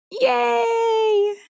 Yay